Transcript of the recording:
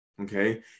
Okay